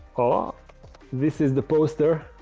ah this is the poster.